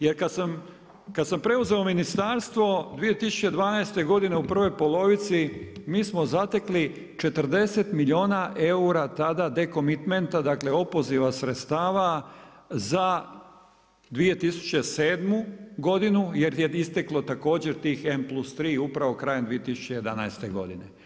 Jer, kad sam preuzeo ministarstvo 2012. godine u prvoj polovici, mi smo zatekli, 40 milijuna eura, tada de komitenta, dakle, opoziva sredstava za 2007. godinu, jer je isteklo također tih M+3 upravo krajem 2011. godine.